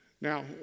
Now